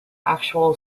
actual